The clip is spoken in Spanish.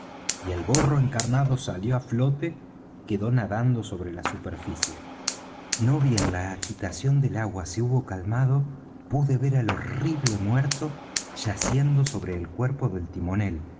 y el gorro encarnado salió á flote y quedó nadando sobre la superficie no bien la agitación del agua se hubo calmado pude ver al horrible muerto yaciendo sobre el cuerpo del timonel